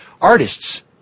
artists